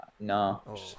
No